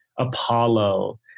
Apollo